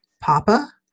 Papa